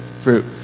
fruit